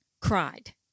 cried